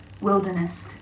wilderness